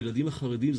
הילדים החרדים,